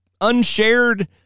unshared